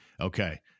okay